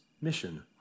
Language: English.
mission